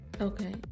Okay